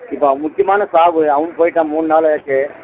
இப்போ முக்கியமான சாவு அவன் போயிவிட்டான் மூணு நாள் ஆச்சு